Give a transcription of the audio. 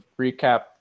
recap